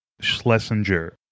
Schlesinger